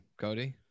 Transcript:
Cody